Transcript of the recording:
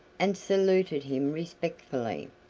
and saluted him respectfully.